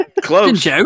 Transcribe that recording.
Close